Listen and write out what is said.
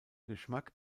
geschmack